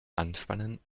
anspannen